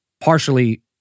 Partially